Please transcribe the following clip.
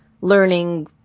learning